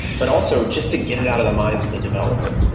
but also just to get it out of the minds of the developer.